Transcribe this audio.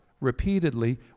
repeatedly